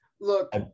look